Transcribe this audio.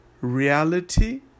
reality